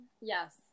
Yes